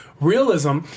realism